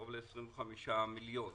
קרוב ל-25 מיליון שקל.